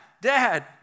dad